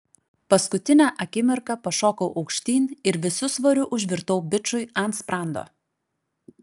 paskutinę akimirką pašokau aukštyn ir visu svoriu užvirtau bičui ant sprando